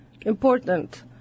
important